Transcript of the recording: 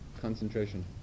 concentration